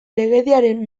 legediaren